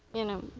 you know,